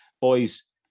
Boys